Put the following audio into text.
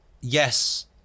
Yes